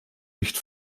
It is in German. nicht